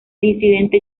incidente